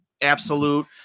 absolute